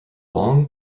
long